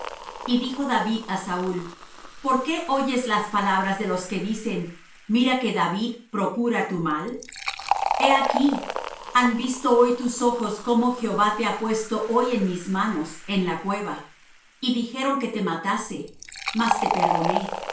y dijo david á saúl por qué oyes las palabras de los que dicen mira que david procura tu mal he aquí han visto hoy tus ojos como jehová te ha puesto hoy en mis manos en la cueva y dijeron que te matase mas te perdoné